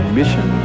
mission